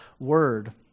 word